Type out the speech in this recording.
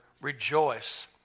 Rejoice